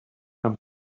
comes